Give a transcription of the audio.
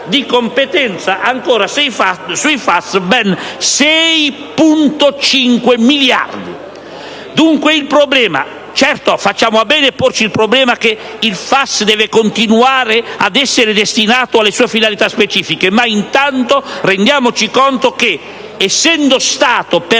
di competenza sul FAS ben 6,5 miliardi. Dunque, facciamo bene a porci il problema che il FAS deve continuare ad essere destinato alle sue finalità specifiche, ma intanto rendiamoci conto che, essendo stato per